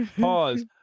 Pause